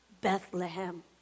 Bethlehem